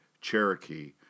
Cherokee